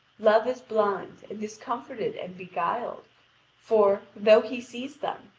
love is blind and discomfited and beguiled for, though he sees them,